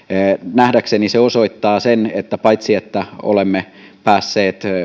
nähdäkseni se osoittaa sen että paitsi että olemme päässeet